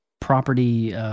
property